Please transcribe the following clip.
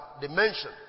dimension